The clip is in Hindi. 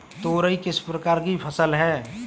तोरई किस प्रकार की फसल है?